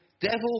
devil